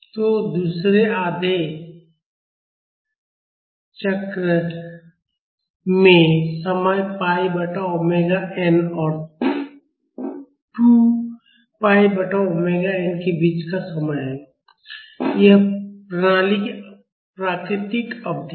तो दूसरे आधे चक्र में समय पाई बटा ओमेगा n और 2 पाई बटा ओमेगा n के बीच का समय है यह प्रणाली की प्राकृतिक अवधि है